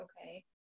okay